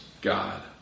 God